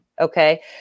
Okay